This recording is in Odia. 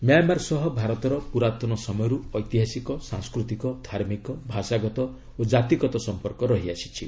ମ୍ୟାମାର ସହ ଭାରତର ପୁରାତନ ସମୟରୁ ଐତିହାସିକ ସାଂସ୍କୃତିକ ଧାର୍ମିକ ଭାଷାଗତ ଓ ଜାତିଗତ ସମ୍ପର୍କ ରହିଆସିଛି